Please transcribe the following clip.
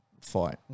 fight